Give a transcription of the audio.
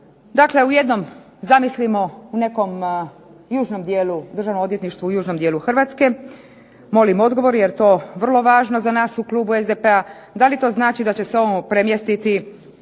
Dakle, u jednom zamislimo u nekom južnom dijelu, Državnom odvjetništvu u južnom dijelu Hrvatske molim odgovor jer je to vrlo važno za nas u klubu SDP-a. Da li to znači da će se on premjestiti